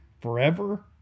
forever